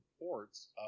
reports